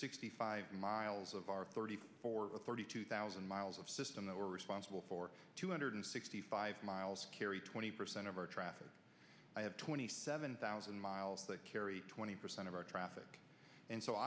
sixty five miles of our thirty thirty two thousand miles of system that we're responsible for two hundred sixty five miles carry twenty percent of our traffic i have twenty seven thousand miles that carry twenty percent of our traffic and so